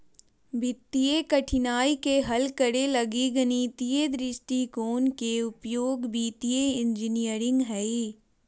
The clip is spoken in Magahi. वित्तीय कठिनाइ के हल करे लगी गणितीय दृष्टिकोण के उपयोग वित्तीय इंजीनियरिंग हइ